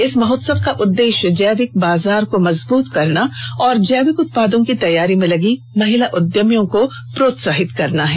इस महोत्सव का उद्देश्य जैविक बाजार को मजबूत करना और जैविक उत्पादों की तैयारी में लगी महिला उद्यमियों को प्रोत्साहित करना है